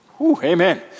amen